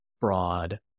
broad